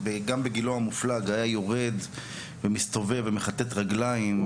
גם בגילו המופלג היה יורד ומסתובב ומכתת רגליים.